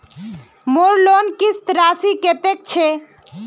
मोर लोन किस्त राशि कतेक छे?